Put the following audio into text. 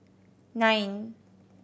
nine